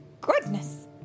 goodness